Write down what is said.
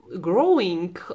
growing